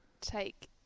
take